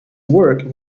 work